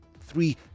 three